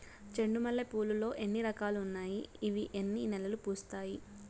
చెండు మల్లె పూలు లో ఎన్ని రకాలు ఉన్నాయి ఇవి ఎన్ని నెలలు పూస్తాయి